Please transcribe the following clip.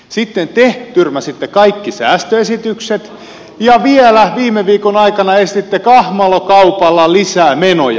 sitten te tyrmäsitte kaikki säästöesitykset ja vielä viime viikon aikana esititte kahmalokaupalla lisää menoja